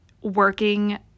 working